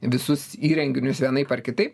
visus įrenginius vienaip ar kitaip